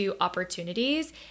opportunities